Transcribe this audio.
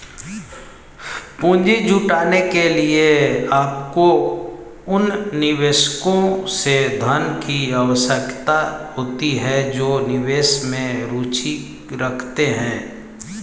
पूंजी जुटाने के लिए, आपको उन निवेशकों से धन की आवश्यकता होती है जो निवेश में रुचि रखते हैं